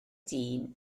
dyn